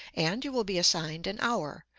and you will be assigned an hour,